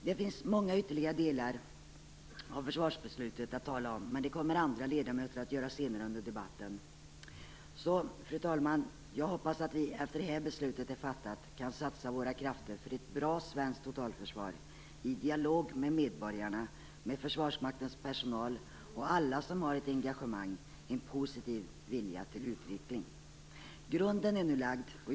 Det finns många ytterligare delar av försvarsbeslutet att tala om, men det kommer andra ledamöter senare i debatten att göra. Jag hoppas därför, fru talman, att vi sedan det här beslutet är fattat kan satsa våra krafter på ett bra svenskt totalförsvar, i en dialog med medborgarna, med Försvarsmaktens personal och med alla som har ett engagemang och en positiv vilja till utveckling. Grunden är nu lagd.